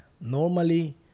Normally